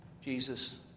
Jesus